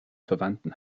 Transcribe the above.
verwandten